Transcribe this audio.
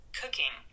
cooking